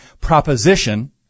proposition